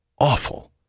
awful